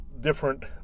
different